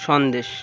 Sandesh